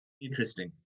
Interesting